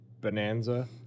Bonanza